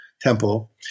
temple